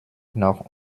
noch